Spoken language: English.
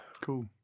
Cool